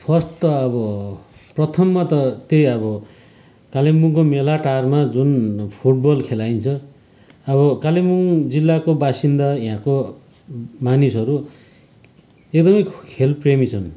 first त अब प्रथममा त त्यही अब कालिम्पोङको मेलाटारमा जुन फुटबल खेलाइन्छ अब कालिम्पोङ जिल्लाको बासिन्दा यहाँको मानिसहरू एकदमै खेलप्रेमी छन्